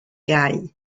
iau